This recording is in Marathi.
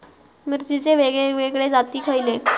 मिरचीचे वेगवेगळे जाती खयले?